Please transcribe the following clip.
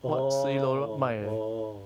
orh orh orh orh